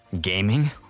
Gaming